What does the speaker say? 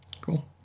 Cool